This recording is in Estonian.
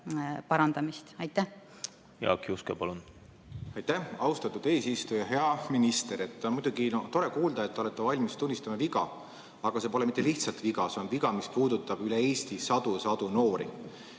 Jaak Juske, palun! Jaak Juske, palun! Aitäh, austatud eesistuja! Hea minister! On muidugi tore kuulda, et te olete valmis tunnistama viga, aga see pole mitte lihtsalt viga. See on viga, mis puudutab üle Eesti sadu ja sadu noori.